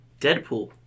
Deadpool